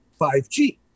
5G